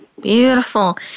Beautiful